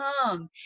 come